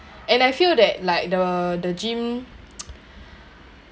and I feel that like the the gym